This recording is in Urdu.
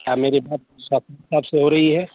کیا میری بات ثاقب صاحب سے ہو رہی ہے